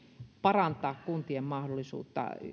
parantaa kuntien mahdollisuutta